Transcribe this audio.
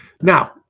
Now